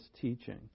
teaching